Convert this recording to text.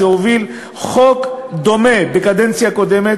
שהוביל חוק דומה בקדנציה קודמת,